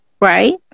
right